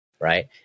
right